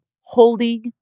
holding